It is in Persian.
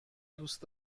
دوست